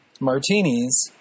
martinis